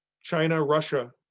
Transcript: China-Russia